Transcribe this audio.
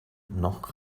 noch